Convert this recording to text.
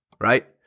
right